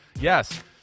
Yes